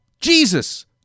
Jesus